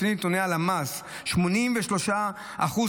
לפי נתוני הלמ"ס,